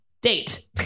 Date